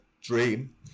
dream